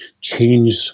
change